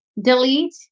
delete